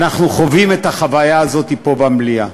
אנחנו חווים את החוויה הזאת פה במליאה.